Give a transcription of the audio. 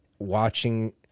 Watching